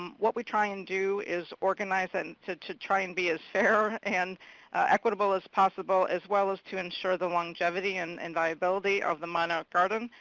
um what we try and do is organize, and to to try and be as fair and equitable as possible. as well as to ensure the longevity and and viability of the monarch garden.